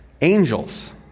Angels